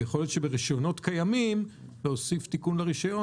ויכול להיות שברישיונות קיימים יש להוסיף תיקון לרישיון